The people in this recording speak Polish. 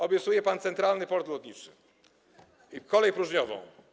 Obiecuje pan Centralny Port Lotniczy i kolej próżniową.